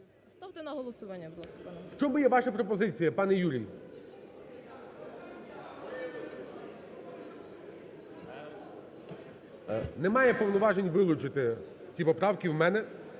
Ставте на голосування, будь ласка. ГОЛОВУЮЧИЙ. В чому є ваша пропозиція, пане Юрій? Немає повноважень вилучити ці поправки в мене.